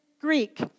Greek